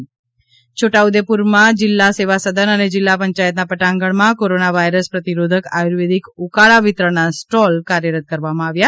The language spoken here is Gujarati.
છોટાઉદેપુર ઉકાળા વિતરણ છોટાઉદેપુરમાં જિલ્લા સેવા સદન અને જિલ્લા પંચાયતના પટાંગણમાં કોરોના વાયરસ પ્રતિરોધક આયુર્વેદિક ઉકાળા વિતરણના સ્ટોલ કાર્યરત કરવામાં આવ્યા